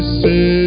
say